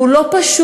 והוא לא פשוט,